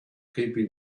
keeping